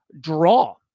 draw